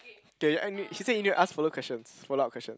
okay your she say it never ask follow questions follow up question